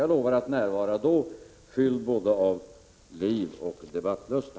Jag lovar att jag skall närvara, fylld av både liv och debattlusta.